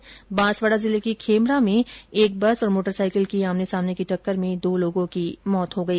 इधर बांसवाडा जिले के खेमरा क्षेत्र में एक बस और मोटरसाईकिल की आमने सामने की टक्कर में दो लोगों की मौत हो गई